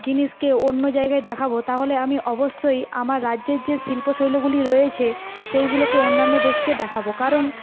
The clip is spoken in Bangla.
জিনিসকে অন্য জায়গায় দেখাবো তাহলে আমি অবশ্যই আমার রাজ্যের যে শিল্পশৈলগুলি রয়েছে সেইগুলোকে অন্যান্য দেশকে দেখাবো কারণ